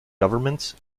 governments